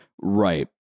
Right